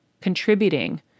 contributing